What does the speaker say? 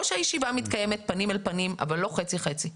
שהישיבה מתקיימת פנים אל פנים אבל לא חצי-חצי.